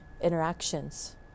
interactions